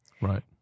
right